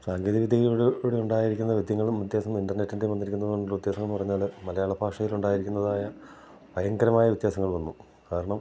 സാങ്കേതിക വിദ്യയിലൂടെ ഇവിടെ ഉണ്ടായിരിക്കുന്ന വിദ്യകളും വ്യത്യാസങ്ങളും ഇൻ്റർനെറ്റിൻ്റെ വന്നിരിക്കുന്നതുകൊണ്ടുള്ള വ്യത്യസങ്ങൾ എന്നു പറഞ്ഞാൽ മലയാള ഭാഷയിൽ ഉണ്ടായിരിക്കുന്നതുമായ ഭയങ്കരമായ വ്യത്യാസങ്ങൾ വന്നു കാരണം